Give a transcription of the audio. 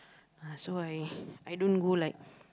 so I I don't go like